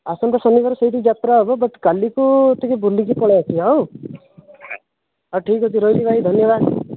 ଆସନ୍ତା ଶନିବାର ସେଇଠି ଯାତ୍ରା ହବ ବଟ୍ କାଲିକୁ ଟିକେ ବୁଲିକି ପଳେଇ ଆସିବା ହାଁ ଆଉ ଠିକ୍ ଅଛି ରହିଲି ଭାଇ ଧନ୍ୟବାଦ